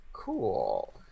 cool